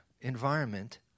environment